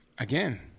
Again